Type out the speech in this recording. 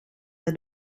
bij